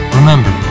Remember